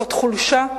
זאת חולשה,